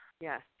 Yes